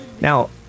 Now